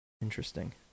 Interesting